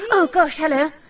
oh gosh, hello.